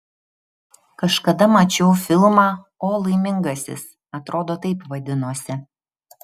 kažkada mačiau filmą o laimingasis atrodo taip vadinosi